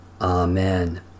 Amen